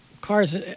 cars